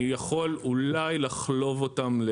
אני יכול אולי, לחלוב אותם.